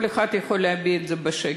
כל אחד יכול להביע את זה בשקט.